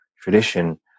tradition